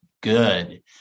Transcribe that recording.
good